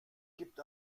gibt